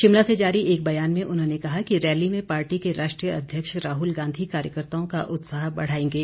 शिमला से जारी एक बयान में उन्होंने कहा कि रैली में पार्टी के राष्ट्रीय अध्यक्ष राहुल गांधी कार्यकर्ताओं का उत्साह बढ़ाएंगे